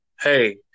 hey